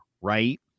right